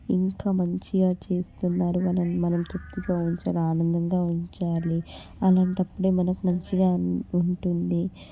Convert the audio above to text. ఇంకా మంచిగా చేస్తున్నారు మనం మనం తృప్తితో ఉంచాలి ఆనందంగా ఉంచాలి అలాంటప్పుడే మనకు మంచిగా ఉంటుంది